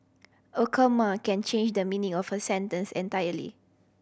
a comma can change the meaning of a sentence entirely